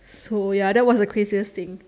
so ya that was the craziest thing